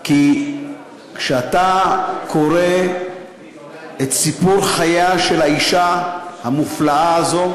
כי כשאתה קורא את סיפור חייה של האישה המופלאה הזו,